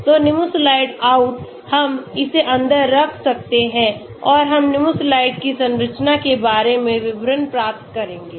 तो Nimesulide out हम इसे अंदर रख सकते हैं और हम Nimesulide की संरचना के बारे में विवरण प्राप्त करेंगे